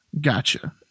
Gotcha